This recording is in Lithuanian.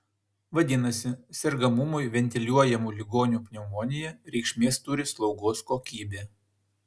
vadinasi sergamumui ventiliuojamų ligonių pneumonija reikšmės turi slaugos kokybė